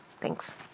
thanks